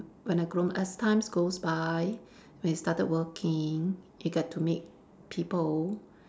when I grown as times goes by when we started working we get to meet people